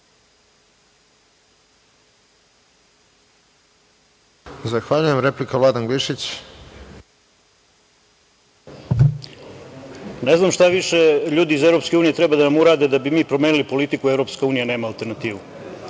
Zahvaljujem. Replika, Vladan Glišić. **Vladan Glišić** Ne znam šta više ljudi iz EU treba da nam urade da bi promenili politiku - EU nema alternativu.